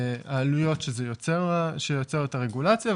זה העלויות שיוצרת הרגולציה.